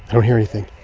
don't hear anything